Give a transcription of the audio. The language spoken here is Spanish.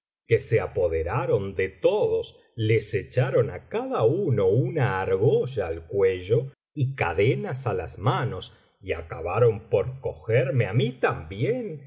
que se apoderaron de todos les echaron á cada uno una argolla al cuello y cadenas á las manos y acabaron por cogerme á mí también